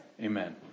Amen